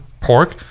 pork